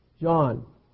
John